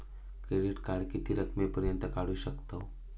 Credit card किती रकमेपर्यंत काढू शकतव?